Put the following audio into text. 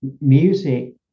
music